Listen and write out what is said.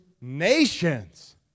nations